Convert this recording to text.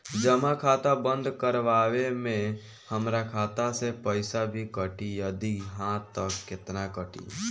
जमा खाता बंद करवावे मे हमरा खाता से पईसा भी कटी यदि हा त केतना कटी?